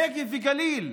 נגב וגליל,